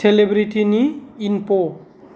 सेलेब्रिटिनि enough'